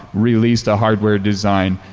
released a hardware design,